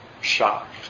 shocked